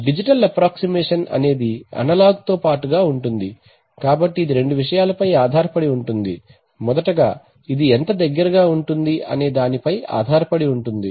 digital approximation అనేది అనలాగ్తో పాటుగా ఉంటుంది కాబట్టి ఇది రెండు విషయాలపై ఆధారపడి ఉంటుంది మొదటగా ఇది ఎంత దగ్గరగా ఉంటుంది అనే దానిపై ఆధారపడి ఉంటుంది